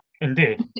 indeed